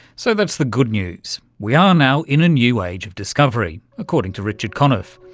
so that's the good news we are now in a new age of discovery, according to richard conniff.